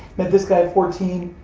met this guy at fourteen.